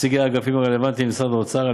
נציגי האגפים הרלוונטיים במשרד האוצר,